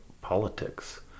politics